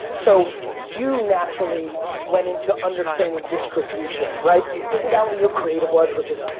so you naturally went into understanding distribution. right? you figured out what your creative was, which is,